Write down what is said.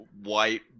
white